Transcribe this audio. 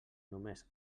només